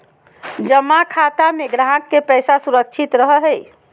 जमा खाते में ग्राहक के पैसा सुरक्षित रहो हइ